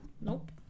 nope